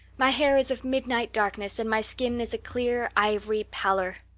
my hair is of midnight darkness and my skin is a clear ivory pallor.